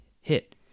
hit